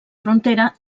frontera